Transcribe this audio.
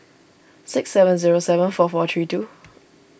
six seven zero seven four four three two